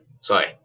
Sorry